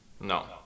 No